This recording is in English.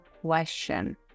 question